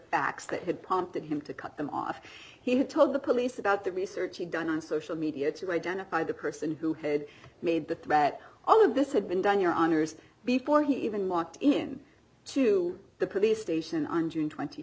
facts that had prompted him to cut them off he told the police about the research he done on social media to identify the person who had made the threat all of this had been done your honour's before he even mocked him to the police station on